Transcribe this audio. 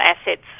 assets